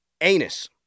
anus